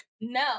no